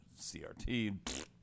CRT